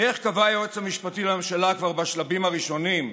איך קבע היועץ המשפטי לממשלה כבר בשלבים הראשונים,